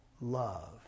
love